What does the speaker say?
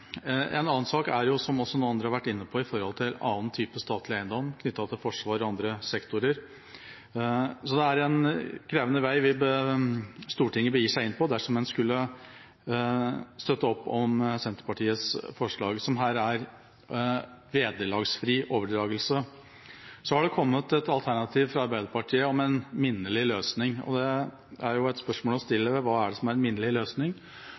En annen sak, som også andre har vært inne på, gjelder annen statlig eiendom knyttet til forsvar og andre sektorer, og at det er en krevende vei Stortinget begir seg inn på dersom man skulle støtte opp om Senterpartiets forslag om vederlagsfri overdragelse. Det har kommet et alternativ fra Arbeiderpartiet om en minnelig løsning. Et spørsmål å stille er: Hva er en minnelig løsning?